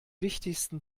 wichtigsten